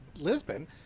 Lisbon